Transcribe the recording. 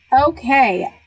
Okay